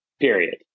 Period